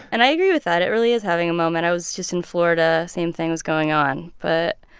and i agree with that. it really is having a moment. i was just in florida. same thing was going on. but,